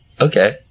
Okay